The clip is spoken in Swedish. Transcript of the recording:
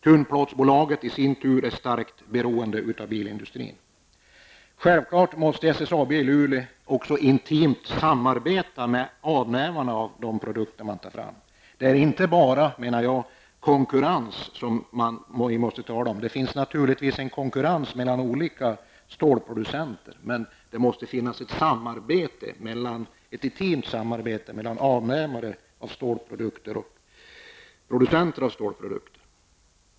Tunnplåtsbolaget är i sin tur starkt beroende av bilindustrin. Självklart måste SSAB i Luleå också intimt samarbeta med avnämare av de produkter som tas fram. Det förekommer naturligtvis konkurrens mellan olika stålproducenter, men det måste också finnas ett intimt samarbete mellan avnämare av stålprodukter och producenter av stålprodukter.